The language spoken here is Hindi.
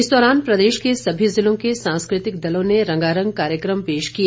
इस दौरान प्रदेश के सभी ज़िलो के सांस्कृतिक दलों ने रंगारंग कार्यक्रम पेश किए